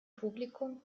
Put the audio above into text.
publikum